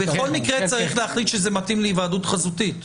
ובכל מקרה הוא צריך להחליט שזה מתאים להיוועדות חזותית.